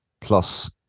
plus